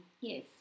yes